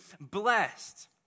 blessed